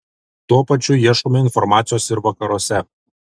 tuo pačiu ieškome informacijos ir vakaruose